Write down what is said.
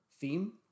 theme